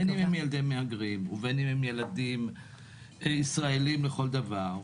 בין אם הם ילדי מהגרים ובין אם הם ילדים ישראלים לכל דבר.